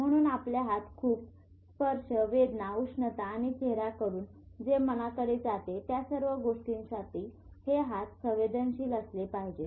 म्हणून आपले हात खूप स्पर्श वेदना उष्णता आणि चेहर्याकडून जे मनाकडे जाते त्या सर्व गोष्टींसाठी हे हात संवेदनशील असले पाहिजेत